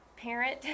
parent